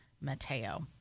Matteo